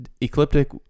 Ecliptic